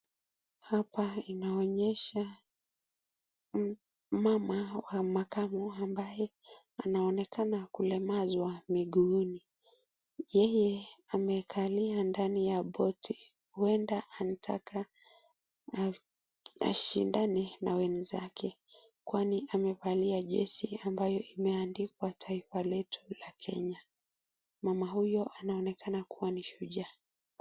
Hapa inaonyesha mama wa makamu ambaye anaonekana akilemazwa miguuni. Yeye amekalia ndani ya boti. Huenda anataka ashindane na wenzake. Kwani amevalia jezi ambayo imeandikwa Taifa Letu la Kenya. Mama huyu anaonekana kuwa ni shujaa.